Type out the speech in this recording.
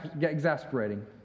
exasperating